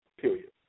period